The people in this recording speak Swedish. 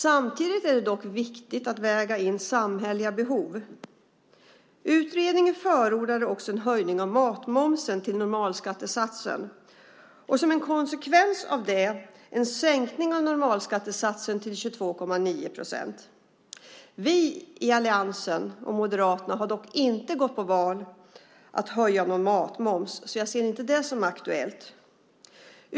Samtidigt är det dock viktigt att väga in samhälleliga behov. Utredningen förordar en höjning av matmomsen till normalskattesatsen och som en konsekvens av det en sänkning av normalskattesatsen till 22,9 procent. Vi i alliansen och Moderaterna har dock inte gått till val på att höja någon matmoms, så jag ser inte det som aktuellt.